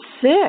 sick